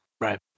Right